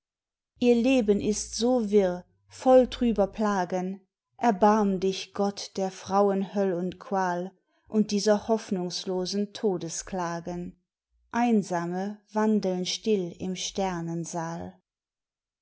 ihr leben ist so wirr voll trüber plagen erbarm dich gott der frauen höll und qual und dieser hoffnungslosen todesklagen einsame wandeln still im sternensaal